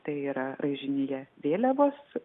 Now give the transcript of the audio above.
tai yra raižinyje vėliavos